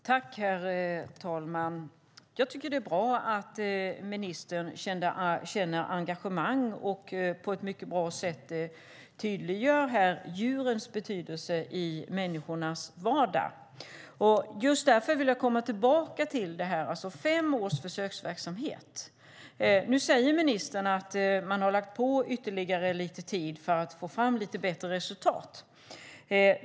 Herr talman! Jag tycker att det är bra att ministern känner engagemang och på ett mycket bra sätt tydliggör djurens betydelse i människornas vardag. Jag vill komma tillbaka till detta med fem års försöksverksamhet. Nu säger ministern att man har ökat tiden ytterligare för att få fram lite bättre resultat.